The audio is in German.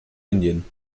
indien